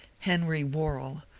henry worrall,